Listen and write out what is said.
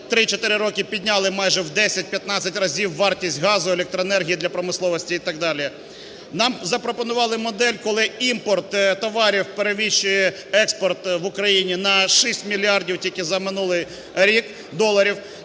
3-4 роки підняли майже в 10-15 разів вартість газу, електроенергії для промисловості і так далі. Нам запропонували модель, коли імпорт товарів перевищує експорт в Україні на 6 мільярдів тільки за минулий рік доларів.